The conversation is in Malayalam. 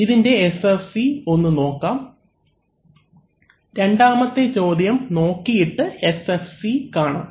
അവലംബിക്കുന്ന സ്ലൈഡ് സമയം 1830 രണ്ടാമത്തെ ചോദ്യം നോക്കിയിട്ട് SFC കാണാം